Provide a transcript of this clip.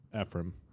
Ephraim